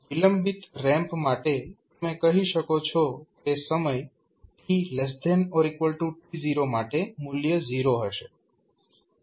વિલંબિત રેમ્પ માટે તમે કહી શકો છો કે સમય tt0 માટે મૂલ્ય 0 હશે